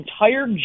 entire